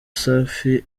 safi